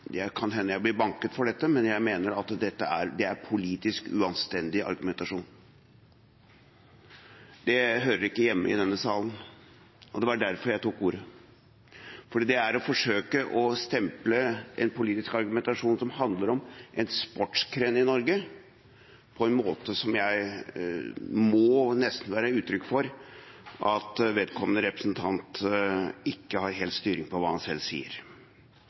jeg blir klubbet for dette – mener jeg at det er politisk uanstendig argumentasjon. Det hører ikke hjemme i denne salen, og det var derfor jeg tok ordet. For det er å forsøke å stemple en politisk argumentasjon som handler om en sportsgren i Norge, på en måte som nesten må være uttrykk for at vedkommende representant ikke har helt styring på hva han selv sier.